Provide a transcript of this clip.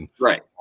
Right